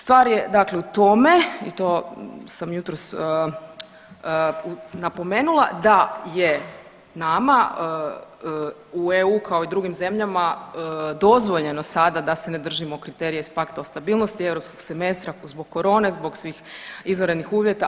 Stvar je dakle u tome i to sam jutros napomenula da je nama u EU kao i drugim zemljama dozvoljeno sada da se ne držimo kriterija iz Pakta o stabilnosti, europskog semestra zbog corone, zbog svih izvanrednih uvjeta.